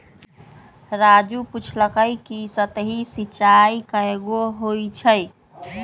राजू पूछलकई कि सतही सिंचाई कैगो होई छई